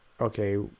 okay